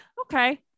okay